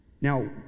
Now